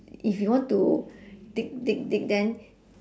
if you want to dig dig dig then